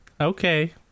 Okay